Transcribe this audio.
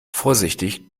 vorsichtig